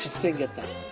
said goodbye